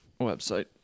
website